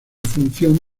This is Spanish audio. función